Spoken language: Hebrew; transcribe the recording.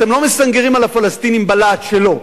אתם לא מסנגרים על הפלסטינים בלהט שלו.